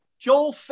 Joel